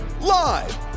live